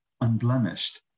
unblemished